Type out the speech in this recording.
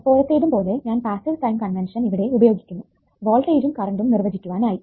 എപ്പോഴത്തേതും പോലെ ഞാൻ passive sign convention ഇവിടെ ഉപയോഗിക്കുന്നു വോൾട്ടേജും കറണ്ടും നിർവചിക്കുവാനായി